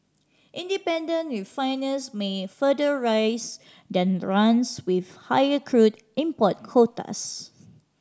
independent refiners may further raise their runs with higher crude import quotas